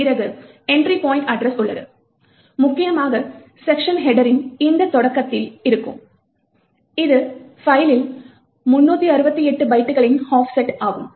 பிறகு entry point address உள்ளது முக்கியமாக செக்க்ஷன் ஹெட்டரின் இந்த தொடக்கத்தில் இருக்கும் இது பைலில் 368 பைட்டுகளின் ஆஃப்செட் ஆகும்